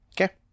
Okay